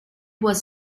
was